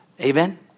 Amen